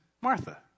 Martha